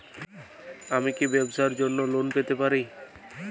আমি কি ব্যবসার জন্য লোন পেতে পারি?